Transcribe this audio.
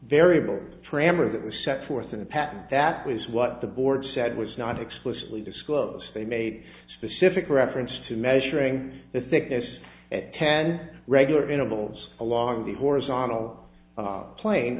variable tremor that was set forth in the pattern that was what the board said was not explicitly disclose they made specific reference to measuring the thickness at ten regular intervals along the horizontal plane